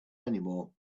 anymore